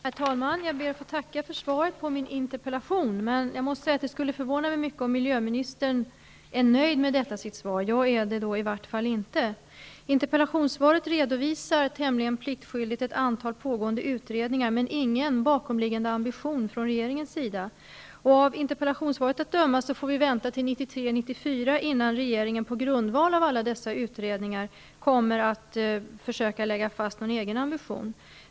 Herr talman! Jag ber att få tacka för svaret på min interpellation. Det skulle förvåna mig mycket om miljöministern är nöjd med detta sitt svar. Jag är det inte. Interpellationssvaret redovisas tämligen pliktskyldigt ett antal pågående utredningar, men ingen bakomliggande ambition från regeringen. Av interpellationssvaret att döma får vi vänta till 1993-- 1994 innan regeringen på grundval av alla dessa utredningar kommer att försöka lägga fast någon egen ambition.